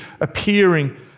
appearing